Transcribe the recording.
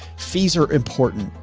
fees are important.